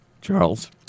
Charles